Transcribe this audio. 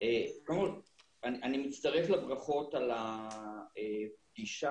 אני מצטרף לברכות על הפגישה,